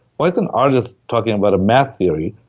why is an artist talking about a math theory?